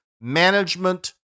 management